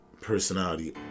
personality